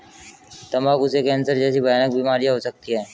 तंबाकू से कैंसर जैसी भयानक बीमारियां हो सकती है